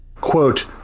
quote